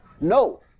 No